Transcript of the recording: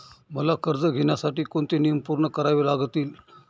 मला कर्ज घेण्यासाठी कोणते नियम पूर्ण करावे लागतील?